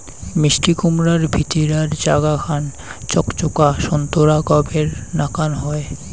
মিষ্টিকুমড়ার ভিতিরার জাগা খান চকচকা সোন্তোরা গাবের নাকান হই